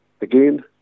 Again